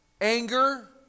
anger